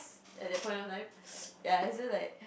at that point of time ya I still like